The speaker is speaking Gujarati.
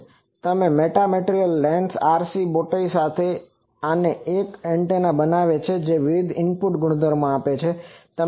તો મેટામેટ્રિયલ લેન્સ RC બોટાઇ સાથે આને એક એન્ટેના બનાવે છે જે વિવિધ ઇનપુટ ગુણધર્મો આપે છે